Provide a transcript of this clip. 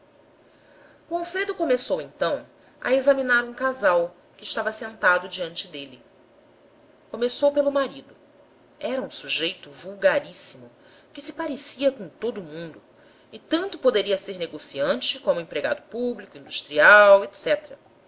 o alfredo começou então a examinar um casal que estava sentado diante dele começou pelo marido era um sujeito vulgaríssimo que se parecia com todo o mundo e tanto poderia ser negociante como empregado público industrial etc